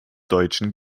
deutschen